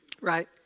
right